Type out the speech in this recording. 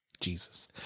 Jesus